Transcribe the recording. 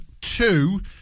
two